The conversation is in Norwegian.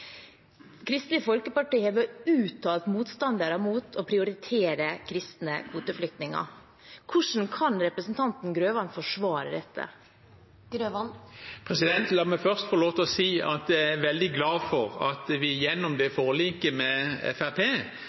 å prioritere kristne kvoteflyktninger. Hvordan kan representanten Grøvan forsvare dette? La meg først få lov til å si at jeg er veldig glad for at vi gjennom forliket med